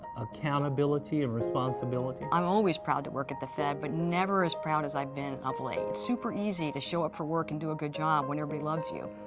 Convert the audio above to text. accountability and responsibility. i'm always proud to work at the fed, but never as proud as i've been of late. super easy to show up for work and do a good job when everybody loves you,